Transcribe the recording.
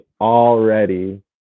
already